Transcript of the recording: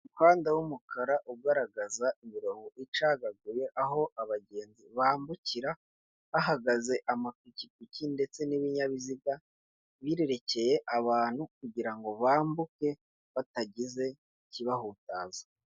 Umuhanda w'umukara ugaragaza imirongo icagaguye aho abagenzi bambukira, hahagaze amapikipiki ndetse n'ibinyabiziga birerekeye abantu kugira ngo bambuke batagize ikibahutaza.